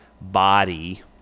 body